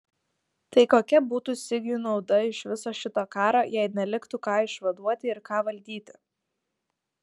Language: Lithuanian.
tai kokia būtų sigiui nauda iš viso šito karo jei neliktų ką išvaduoti ir ką valdyti